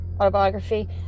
autobiography